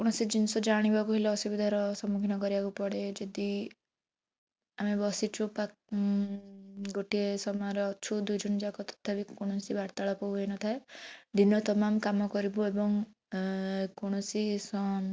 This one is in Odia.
କୌଣସି ଜିନିଷ ଜାଣିବାକୁ ହେଲେ ଅସୁବିଧାର ସମ୍ମୁଖୀନ କରିବାକୁ ପଡ଼େ ଯଦି ଆମେ ବସିଛୁ ପା ଗୋଟିଏ ସମୟରେ ଅଛୁ ଦୁଇଜଣ ଯାକ ତଥାପି କୌଣସି ବାର୍ତ୍ତାଳାପ ହୋଇ ନ ଥାଏ ଦିନ ତମାମ କାମ କରିବୁ ଏବଂ କୌଣସି